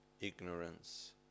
ignorance